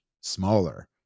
smaller